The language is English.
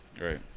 right